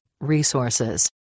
resources